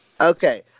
Okay